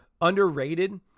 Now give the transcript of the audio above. underrated